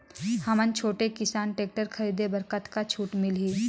हमन छोटे किसान टेक्टर खरीदे बर कतका छूट मिलही?